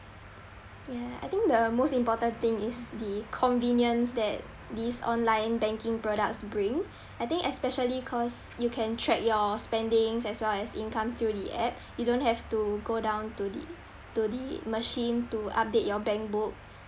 ya I think the most important thing is the convenience that these online banking products bring I think especially cause you can track your spendings as well as income through the app you don't have to go down to the to the machine to update your bank book